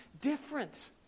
different